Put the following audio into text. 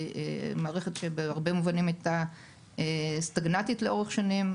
זו מערכת שבהרבה מובנים הייתה סטגנטית לאורך שנים.